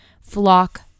flock